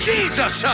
Jesus